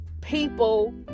people